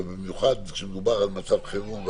ובמיוחד כשמדובר על מצב חירום,